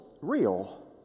real